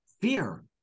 fear